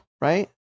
right